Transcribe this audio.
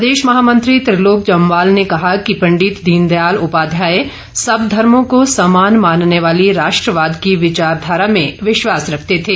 प्रदेश महामंत्री त्रिलोक जम्वाल ने कहा कि पंडित दीनदयाल उपाध्याय सब धर्मो को समान मानने वाली राष्ट्रवाद की विचारधारा में विश्वास रखते थे